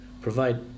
provide